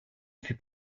fut